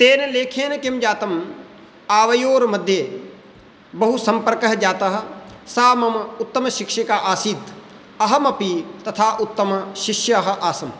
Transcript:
तेन लेखेन किं जातम् आवयोर्मध्ये बहुसम्पर्कः जातः सा मम उत्तमशिक्षिका आसीत् अहमपि तथा उत्तमशिष्यः आसम्